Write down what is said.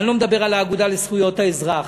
אני לא מדבר על האגודה לזכויות האזרח,